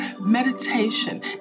meditation